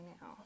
now